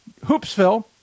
Hoopsville